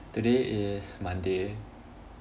today is monday